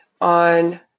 on